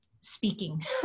speaking